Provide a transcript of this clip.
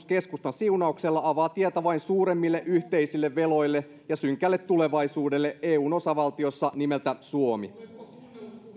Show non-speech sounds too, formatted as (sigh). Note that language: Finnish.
(unintelligible) keskustan siunauksella avaa tietä vain suuremmille yhteisille veloille ja synkälle tulevaisuudelle eun osavaltiossa nimeltä suomi